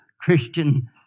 Christian